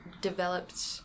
developed